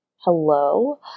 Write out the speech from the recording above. Hello